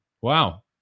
Wow